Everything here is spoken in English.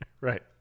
Right